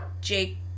Jake